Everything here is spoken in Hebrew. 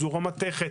מחזור המתכת,